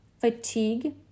Fatigue